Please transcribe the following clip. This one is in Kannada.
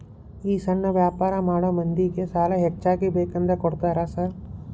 ಈ ಸಣ್ಣ ವ್ಯಾಪಾರ ಮಾಡೋ ಮಂದಿಗೆ ಸಾಲ ಹೆಚ್ಚಿಗಿ ಬೇಕಂದ್ರ ಕೊಡ್ತೇರಾ ಸಾರ್?